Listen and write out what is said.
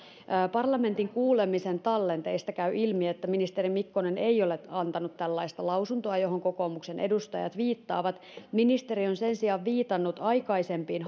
parlamentin kuulemisen tallenteista käy ilmi että ministeri mikkonen ei ole antanut tällaista lausuntoa johon kokoomuksen edustajat viittaavat ministeri on sen sijaan viitannut aikaisempiin